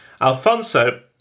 Alfonso